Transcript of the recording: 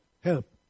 help